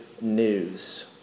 news